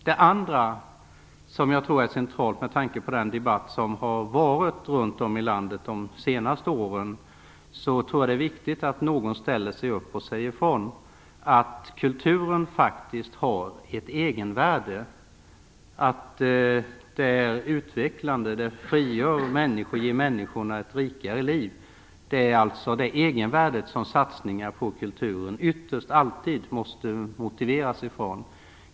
Det andra som jag tror är centralt med tanke på den debatt som har förts runt om i landet under de senaste åren är vikten av att någon ställer sig upp och säger att kulturen faktiskt har ett egenvärde, att den är utvecklande, frigör människor och ger människorna ett rikare liv. Det är alltså det egenvärde som satsningar på kulturen ytterst alltid måste motiveras utifrån.